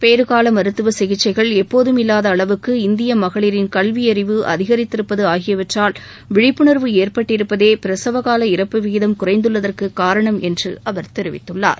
பேறுகால மருத்துவ சிகிச்சைகள் எப்போதும் இல்லாத அளவுக்கு இந்திய மகளிரின் கல்வியறிவு அதிகித்திருப்பது ஆகியவற்றால் விழிப்புணர்வு ஏற்பட்டிருப்பதே பிரசவ கால இறப்பு விகிதம் குறைந்துள்ளதற்கு காரணம் என்று அவர் தெரிவித்துள்ளார்